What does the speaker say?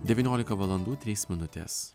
devyniolika valandų trys minutes